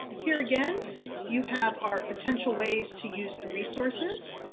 here again you have our potential ways to use the resources.